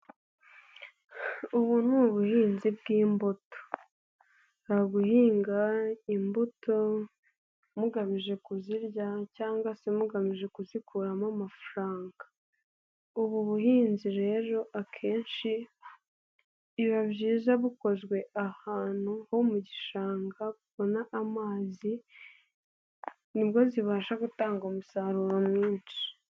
Ubu ni ubuhinzi bw'imbuto, ushobora guhinga imbuto mugamije kuzirya, cyangwa se mugamije kuzikuramo amafaranga. Ubu buhinzi rero akenshi biba byiza bukozwe ahantu ho mu gishanga, bubona amazi nibwo zibasha gutanga umusaruro mwinshi.